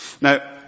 Now